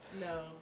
No